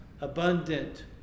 abundant